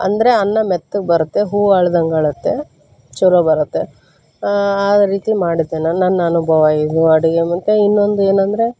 ಅಂದರೆ ಅನ್ನ ಮೆತ್ತಗೆ ಬರುತ್ತೆ ಹೂ ಅರ್ಳ್ದಂಗೆ ಅರಳತ್ತೆ ಛಲೋ ಬರುತ್ತೆ ಆ ರೀತಿ ಮಾಡಿದ್ದೆ ನಾನು ನನ್ನ ಅನುಭವ ಇದು ಅಡುಗೆ ಮತ್ತು ಇನ್ನೊಂದು ಏನಂದರೆ